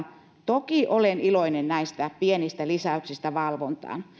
toki olen iloinen näistä pienistä lisäyksistä valvontaan